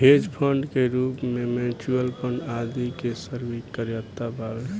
hedge fund के रूप में म्यूच्यूअल फंड आदि के स्वीकार्यता बावे